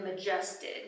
adjusted